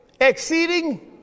exceeding